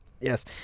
Yes